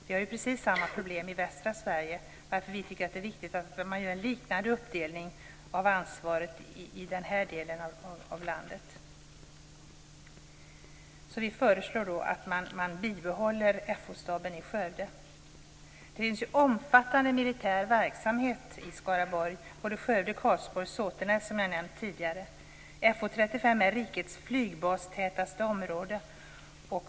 Vi har precis samma problem i västra Sverige, varför vi tycker att det är viktigt att man gör en liknande uppdelning av ansvaret i den här delen av landet. Vi föreslår att man bibehåller FO-staben i Skövde. Det finns en omfattande militär verksamhet i Skaraborg - i Skövde, Såtenäs och Karlsborg - som jag nämnt tidigare. FO 35 är rikets flygbastätaste område.